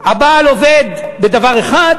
הבעל עובד בדבר אחד,